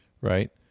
right